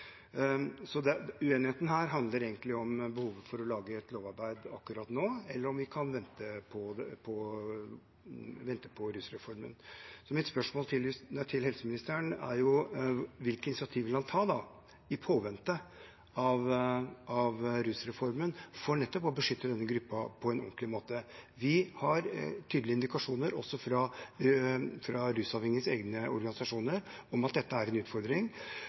Uenigheten her handler egentlig om behovet for å lage et lovarbeid akkurat nå, eller om vi kan vente på rusreformen. Mitt spørsmål til helseministeren er: I påvente av rusreformen, hvilke initiativ kan han ta for nettopp å beskytte denne gruppen på en enkel måte? Vi har tydelige indikasjoner, også fra rusavhengiges egne organisasjoner, om at dette er en utfordring.